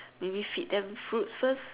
maybe feed them fruit first